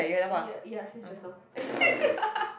ya ya since just now